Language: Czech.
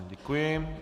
Děkuji.